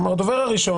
כלומר, הדובר הראשון,